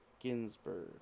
Ginsburg